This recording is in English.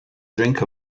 drink